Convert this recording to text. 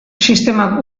sistemak